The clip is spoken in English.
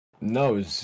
No